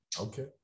Okay